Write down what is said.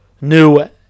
new